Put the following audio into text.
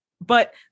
But-